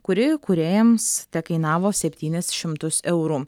kuri kūrėjams tekainavo septynis šimtus eurų